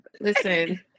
Listen